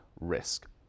risk